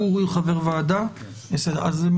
במקום "ה' בטבת התשפ"ב (9 בדצמבר 2021) או עד לסיום תקופת תוקפו של